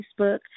Facebook